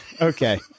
Okay